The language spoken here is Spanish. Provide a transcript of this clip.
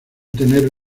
tener